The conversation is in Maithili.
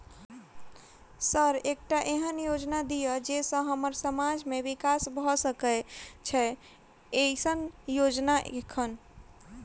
सर एकटा एहन योजना दिय जै सऽ हम्मर समाज मे विकास भऽ सकै छैय एईसन योजना एखन?